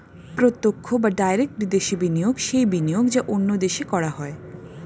প্রত্যক্ষ বা ডাইরেক্ট বিদেশি বিনিয়োগ সেই বিনিয়োগ যা অন্য দেশে করা হয়